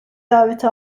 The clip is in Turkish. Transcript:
daveti